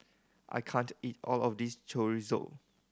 I can't eat all of this Chorizo